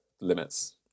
limits